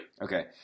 okay